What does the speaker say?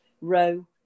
row